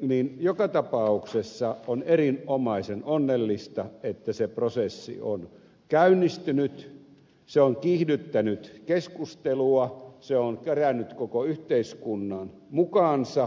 niin joka tapauksessa on erinomaisen onnellista että se prosessi on käynnistynyt se on kiihdyttänyt keskustelua se on kerännyt koko yhteiskunnan mukaansa